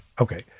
Okay